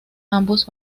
ambos